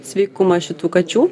sveikumą šitų kačių